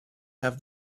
have